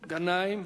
גנאים.